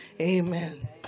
Amen